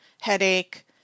headache